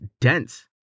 dense